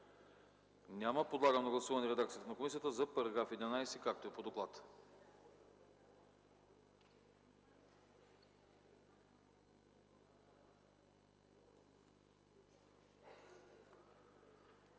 Няма. Подлагам на гласуване редакцията на комисията за § 5, така както е по доклад.